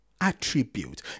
attribute